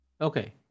Okay